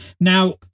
Now